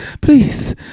please